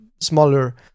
smaller